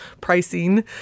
pricing